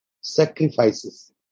sacrifices